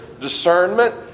discernment